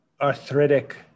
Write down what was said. arthritic